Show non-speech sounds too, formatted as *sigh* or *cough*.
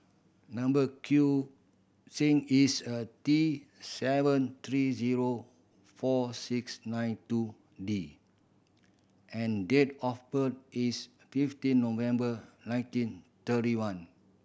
number *unintelligible* is a T seven three zero four six nine two D and date of birth is fifteen November nineteen thirty one